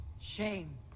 shame